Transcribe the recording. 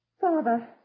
Father